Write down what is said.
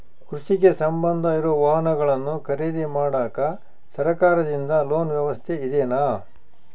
ಕೃಷಿಗೆ ಸಂಬಂಧ ಇರೊ ವಾಹನಗಳನ್ನು ಖರೇದಿ ಮಾಡಾಕ ಸರಕಾರದಿಂದ ಲೋನ್ ವ್ಯವಸ್ಥೆ ಇದೆನಾ?